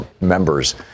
members